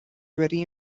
very